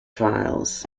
trials